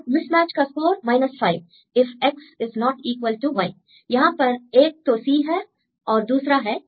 miss match का score 5 if x is not equal to y यहां पर एक तो C है और दूसरा है T